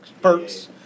perks